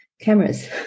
cameras